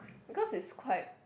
because is quite